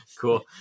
cool